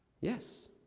Yes